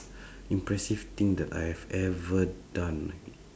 impressive thing that I have ever done